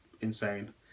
insane